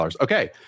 Okay